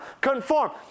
conform